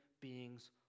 beings